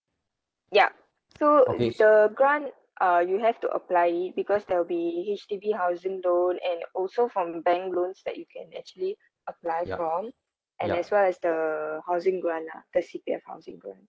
yup so if the grant uh you have to apply it because there will be H_D_B housing loan and also from the bank loans that you can actually apply from and as well as the housing grant lah the C_P_F housing grant